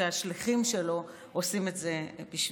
שהשליחים שלו עושים את זה בשבילו.